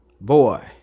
boy